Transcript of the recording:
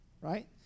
right